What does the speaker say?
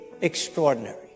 extraordinary